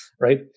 right